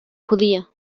judía